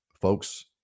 folks